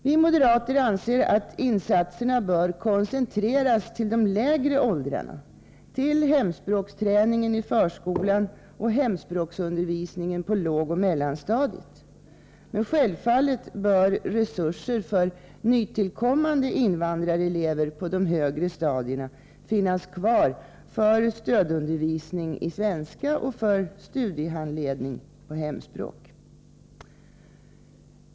Vi moderater anser att insatserna bör koncentreras till de lägre åldrarna, till hemspråksträningen i förskolan och hemspråksundervisningen på lågoch mellanstadiet. Självfallet bör resurser för nytillkommande invandrarelever på de högre stadierna finnas kvar för stödundervisning i svenska och för studiehandledning i hemspråk.